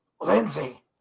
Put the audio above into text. lindsay